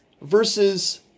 versus